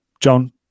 John